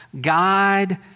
God